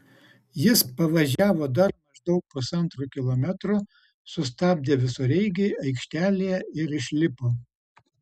jis pavažiavo dar maždaug pusantro kilometro sustabdė visureigį aikštelėje ir išlipo